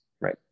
Right